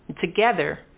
Together